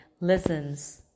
listens